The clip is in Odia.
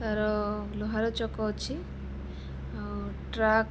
ତା'ର ଲୁହାର ଚକ ଅଛି ଆଉ ଟ୍ରାକ